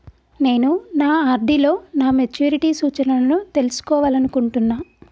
నేను నా ఆర్.డి లో నా మెచ్యూరిటీ సూచనలను తెలుసుకోవాలనుకుంటున్నా